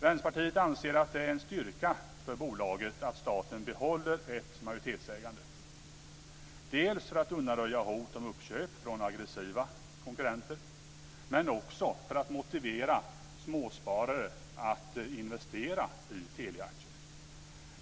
Vänsterpartiet anser att det är en styrka för bolaget att staten behåller ett majoritetsägande, dels för att undanröja hot om uppköp från aggressiva konkurrenter, men också för att motivera småsparare att investera i Teliaaktier.